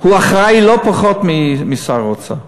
הוא אחראי לא פחות משר האוצר.